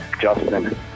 Justin